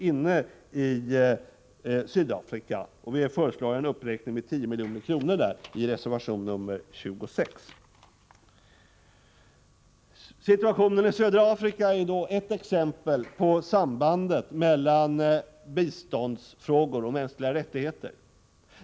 I reservation 26 föreslår vi därför en uppräkning med 10 milj.kr. Situationen i södra Afrika är ett exempel på sambandet mellan biståndsfrågor och mänskliga rättigheter.